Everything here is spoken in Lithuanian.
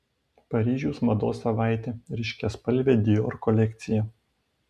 paryžiaus mados savaitė ryškiaspalvė dior kolekcija